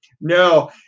no